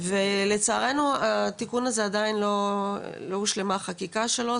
ולצערנו התיקון הזה עדיין לא הושלמה החקיקה שלו,